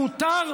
מותר,